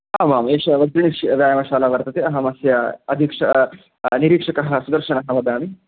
आमाम् एष वज्रेश् व्यायामशाला वर्तते अहम् अस्य अधीक्ष निरीक्षकः सुदर्शनः वदामि